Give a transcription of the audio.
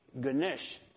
Ganesh